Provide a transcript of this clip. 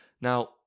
Now